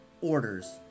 order's